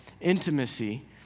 intimacy